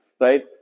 right